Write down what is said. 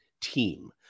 team